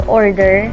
order